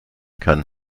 kann